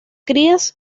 crías